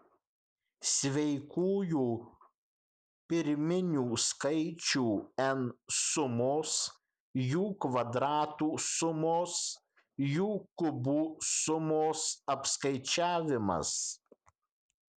sveikųjų pirminių skaičių n sumos jų kvadratų sumos jų kubų sumos apskaičiavimas